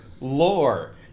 lore